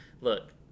Look